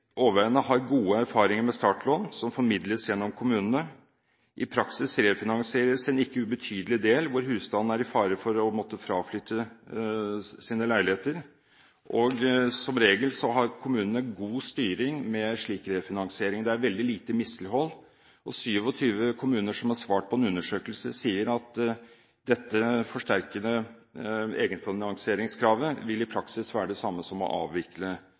har gode erfaringer med startlån, som formidles gjennom kommunene. I praksis refinansieres en ikke ubetydelig del, hvor husstandene er i fare for å måtte fraflytte sine leiligheter. Som regel har kommunene god styring med slik refinansiering. Det er veldig lite mislighold. 27 kommuner som har svart på en undersøkelse, sier at dette forsterkede egenfinansieringskravet i praksis vil være det samme som å avvikle